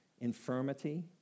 infirmity